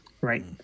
Right